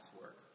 work